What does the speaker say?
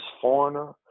foreigner